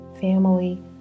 family